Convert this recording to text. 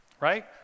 right